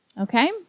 Okay